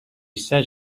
says